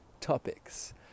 topics